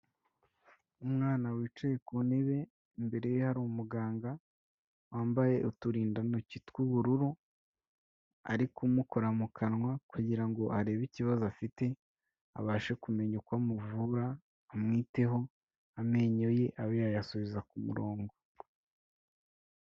Umwana wicaye ku ntebe, imbere ye hari umuganga wambaye uturindantoki tw'ubururu, ari kumukora mu kanwa kugira ngo arebe ikibazo afite abashe kumenya uko amuvura, amwiteho amenyo ye abe yayasubiza ku murongo.